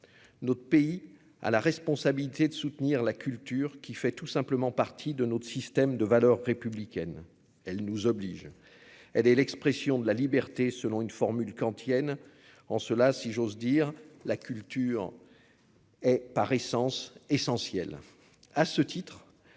notre pays a la responsabilité de soutenir la culture qui fait tout simplement partie de notre système de valeurs républicaines, elle nous oblige, elle est l'expression de la liberté selon une formule Cantiliens en cela, si j'ose dire la culture. Par essence essentielle